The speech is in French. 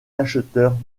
acheteurs